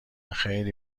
خیلی